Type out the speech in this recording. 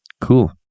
Cool